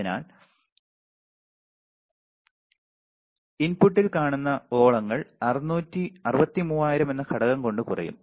അതിനാൽ ഇൻപുട്ട്ൽ കാണുന്ന ഓളങ്ങൾ 63000 എന്ന ഘടകം കൊണ്ട് കുറയും